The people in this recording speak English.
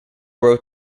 wrote